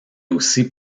aussi